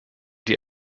die